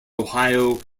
ohio